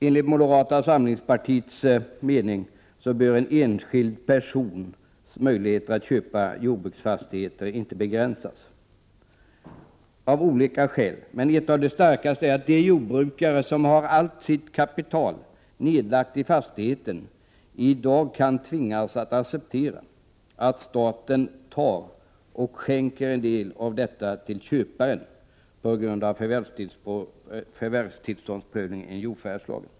Enligt moderata samlingspartiets mening bör en enskild persons möjlighet att köpa jordbruksfastighet inte begränsas — av olika skäl. Det starkaste skälet är att de jordbrukare som har allt sitt kapital nedlagt i fastigheten i dag kan tvingas acceptera att staten skänker en del av detta till köparen på grund av förvärvstillståndsprövningen enligt jordförvärvslagen.